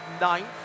ninth